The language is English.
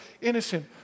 innocent